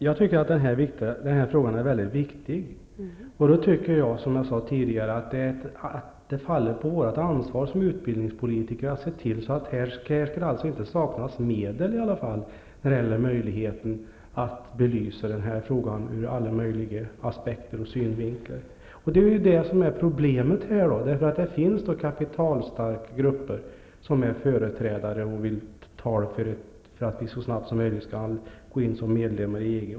Fru talman! Den här frågan är mycket viktig. Då tycker jag att det faller på vårt ansvar som utbildningspolitiker att se till att det inte saknas medel när det gäller möjligheten att belysa den här frågan ur alla möjliga aspekter och synvinklar. Det är ju problemet här. Det finns kapitalstarka grupper som är företrädare för och som vill tala för att vi så snabbt som möjligt skall gå in som medlemmar i EG.